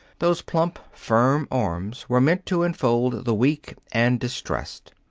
those plump, firm arms were meant to enfold the weak and distressed.